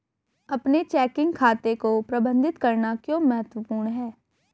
अपने चेकिंग खाते को प्रबंधित करना क्यों महत्वपूर्ण है?